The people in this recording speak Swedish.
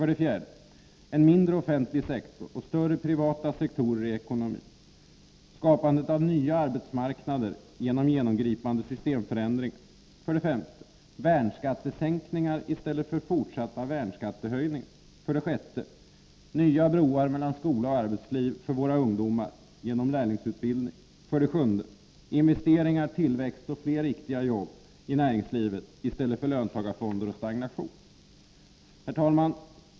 4. En mindre offentlig sektor och större privata sektorer i ekonomin och därigenom nya arbetsmarknader genom genomgripande systemförändringar. 6. Nya broar mellan skola och arbetsliv för våra ungdomar genom lärlingsutbildning. 7. Investeringar, tillväxt och fler riktiga jobb inom näringslivet i stället för löntagarfonder och stagnation. Herr talman!